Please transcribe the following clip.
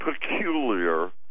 peculiar